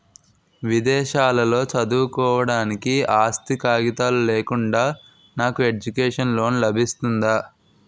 విదేశాలలో చదువుకోవడానికి ఆస్తి కాగితాలు లేకుండా నాకు ఎడ్యుకేషన్ లోన్ లబిస్తుందా?